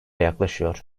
yaklaşıyor